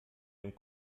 dem